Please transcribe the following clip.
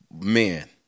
Men